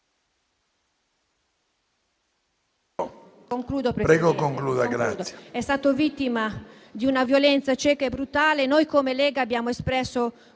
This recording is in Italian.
il popolo di Israele è stato vittima di una violenza cieca e brutale. Noi, come Lega, abbiamo espresso